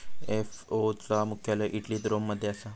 FAO चा मुख्यालय इटलीत रोम मध्ये असा